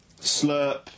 slurp